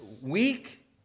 weak